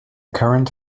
current